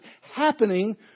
happening